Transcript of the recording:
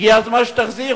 הגיע הזמן שתחזירו.